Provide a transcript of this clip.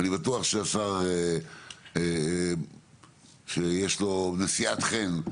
ואני בטוח שהשר שיש לו נשיאת חן,